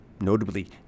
notably